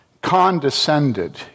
condescended